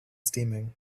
steaming